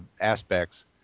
aspects